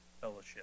fellowship